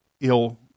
ill